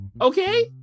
Okay